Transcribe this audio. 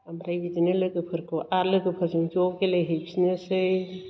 आमफ्राय बिदिनो लोगोफोरखौ आर लोगोफोरजों ज' गेलेहैफिनोसै